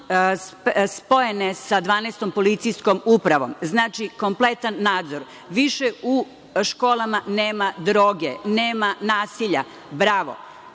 spojene sa 12. policijskom upravom, znači kompletan nadzor. Više u školama nema droge, nema nasilja. Bravo!